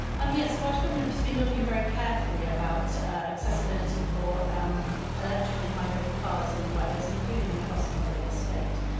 am yes. the welsh government has been looking very carefully at accessibility for um electric and hybrid cars in wales, including across the public estate.